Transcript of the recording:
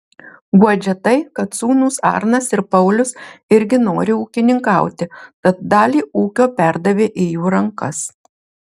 guodžia tai kad sūnūs arnas ir paulius irgi nori ūkininkauti tad dalį ūkio perdavė į jų rankas